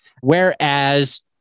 Whereas